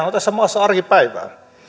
on tässä maassa arkipäivää